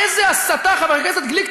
איזו הסתה, חבר הכנסת גליק.